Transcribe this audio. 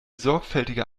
sorgfältige